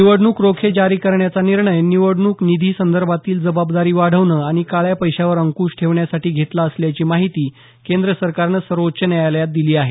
निवडणूक रोखे जारी करण्याचा निर्णय निवडणूक निधी संदर्भातील जबाबदारी वाढवणं आणि काळ्या पैशावर अंकूश ठेवण्यासाठी घेतला असल्याची माहिती केंद्र सरकारनं सर्वोच्च न्यायालयात दिली आहे